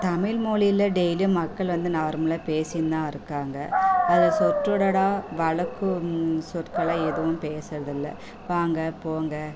தமிழ்மொழியில் டெய்லியும் மக்கள் வந்து நார்மலாக பேசிட்டு தான் இருக்காங்க அதில் சொற்றொடடா வழக்கு சொற்களாக எதுவும் பேசுகிறது இல்லை வாங்க போங்க